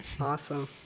awesome